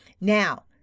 Now